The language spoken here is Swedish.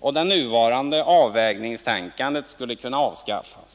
och det nuvarande avvägningstänkandet skulle kunna avskaffas.